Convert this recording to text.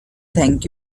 thank